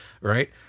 right